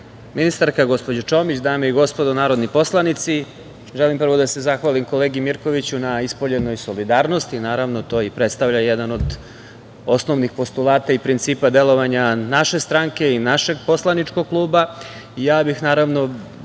ministarka gospođo Čomić, dame i gospodo narodni poslanici, želim prvo da se zahvalim kolegi Mirkoviću na ispoljenoj solidarnosti. Naravno, to i predstavlja jedan od osnovnih postulata i principa delovanja naše stranke i našeg poslaničkog kluba. Želeo bih da